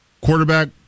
quarterback